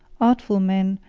artful men,